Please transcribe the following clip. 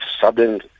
sudden